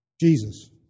Jesus